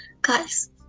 Guys